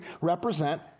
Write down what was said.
represent